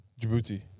Djibouti